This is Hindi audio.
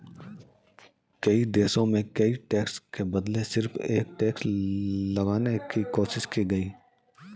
कई देशों में कई टैक्स के बदले सिर्फ एक टैक्स लगाने की कोशिश की गयी